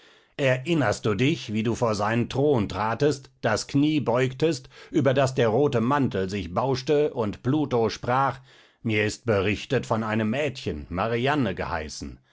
erinnerst du dich wie du vor seinen thron tratest das knie beugtest über das der rote mantel sich bauschte und pluto sprach mir ist berichtet von einem mädchen marianne geheißen